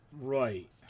Right